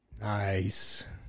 Nice